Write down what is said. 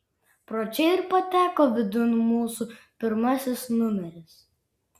pro čia ir pateko vidun mūsų pirmasis numeris